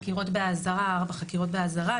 ארבעה חקירות באזהרה,